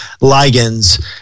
ligands